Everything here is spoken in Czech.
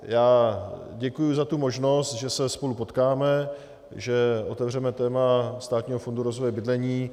Já děkuji za tu možnost, že se spolu potkáme, že otevřeme téma Státního fondu rozvoje bydlení.